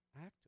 Act